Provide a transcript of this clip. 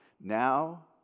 Now